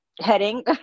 heading